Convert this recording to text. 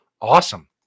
Awesome